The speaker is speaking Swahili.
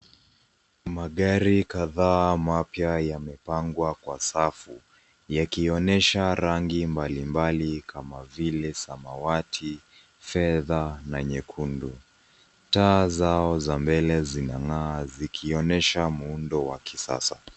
Magari kadhaa mapya yamepangamwa kwa safu yakionyesha rangi mbalimbali kama vile samawati , fedha na nyekundu. Taa zao za mbele zina ngaa likionyesha muundo wa kisasa.